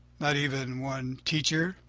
not even one teacher?